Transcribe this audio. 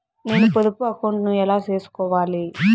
నేను పొదుపు అకౌంటు ను ఎలా సేసుకోవాలి?